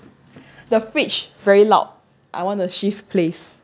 the fridge very loud I wanna shift place